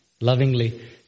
lovingly